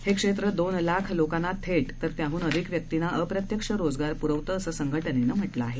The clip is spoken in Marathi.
हे क्षेत्र दोन लाख लोकांना थेट तर त्याहून अधिक व्यक्तींना अप्रत्यक्ष रोजगार पुरवते असं संघटनेनं म्हटलं आहे